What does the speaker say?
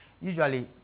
usually